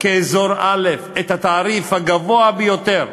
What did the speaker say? כאזור א', את התעריף הגבוה ביותר,